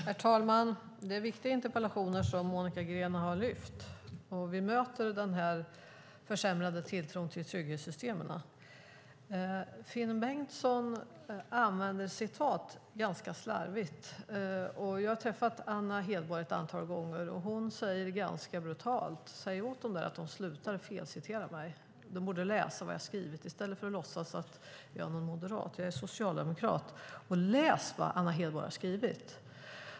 Herr talman! Det är viktiga interpellationer som Monica Green ställt. Vi möter en försämrad tilltro till trygghetssystemen. Finn Bengtsson använder citat ganska slarvigt. Jag har träffat Anna Hedborg ett antal gånger. Hon säger ganska brutalt: Säg åt dem där att sluta felcitera mig! De borde läsa vad jag skrivit i stället för att låtsas att jag är någon moderat. Jag är socialdemokrat! Läs vad Anna Hedborg har skrivit!